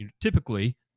typically